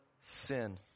sin